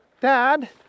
Dad